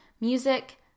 music